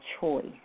choice